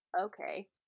Okay